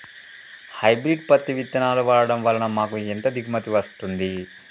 Hybrid పత్తి విత్తనాలు వాడడం వలన మాకు ఎంత దిగుమతి వస్తుంది?